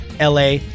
LA